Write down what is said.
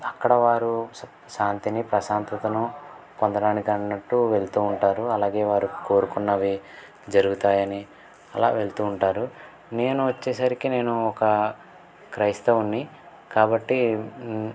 అక్కడ వారు శాంతిని ప్రశాంతతను పొందడానికి అన్నట్టు వెళ్తూ ఉంటారు అలాగే వారు కోరుకున్నవి జరుగుతాయని అలా వెళ్తూ ఉంటారు నేను వచ్చేసరికి నేను ఒక క్రైస్తవుణ్ని కాబట్టి